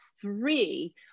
three